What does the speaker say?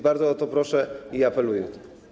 Bardzo o to proszę i apeluję o to.